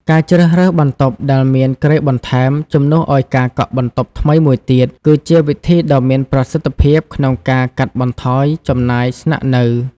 ការជ្រើសរើសបន្ទប់ដែលមានគ្រែបន្ថែម ជំនួសឱ្យការកក់បន្ទប់ថ្មីមួយទៀត គឺជាវិធីដ៏មានប្រសិទ្ធភាពក្នុងការកាត់បន្ថយចំណាយស្នាក់នៅ។